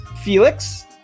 Felix